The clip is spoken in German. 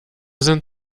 sind